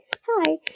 hi